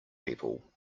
people